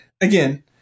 again